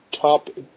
top